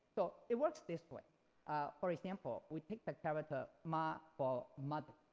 so it works this way for example, we take the character ma for mother.